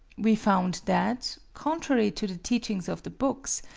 we found that, contrary to the teachings of the books,